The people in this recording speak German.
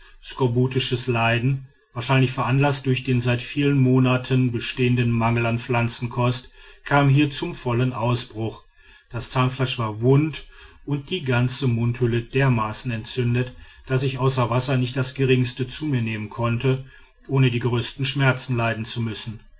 skorbutisches leiden wahrscheinlich veranlaßt durch den seit vielen monaten bestehenden mangel an pflanzenkost kam hier zum vollen ausbruch das zahnfleisch war wund und die ganze mundhöhle dermaßen entzündet daß ich außer wasser nicht das geringste zu mir nehmen konnte ohne die größten schmerzen leiden zu müssen